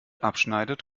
abschneidet